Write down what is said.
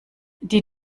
die